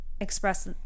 express